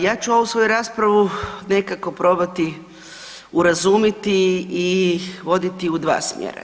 Ja ću ovu svoju raspravu nekako probati urazumiti i voditi u dva smjer.